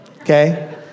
okay